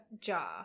jar